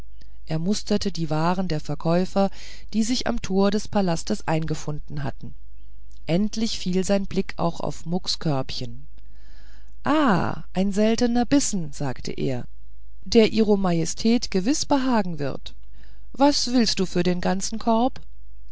er musterte die waren der verkäufer die sich am tor des palastes eingefunden hatten endlich fiel sein blick auch auf mucks körbchen ah ein seltener bissen sagte er der ihro majestät gewiß behagen wird was willst du für den ganzen korb